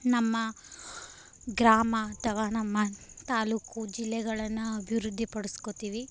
ನಮ್ಮ ಗ್ರಾಮ ಅಥವಾ ನಮ್ಮ ತಾಲ್ಲೂಕು ಜಿಲ್ಲೆಗಳನ್ನು ಅಭಿವೃದ್ಧಿಪಡ್ಸ್ಕೊಳ್ತೀವಿ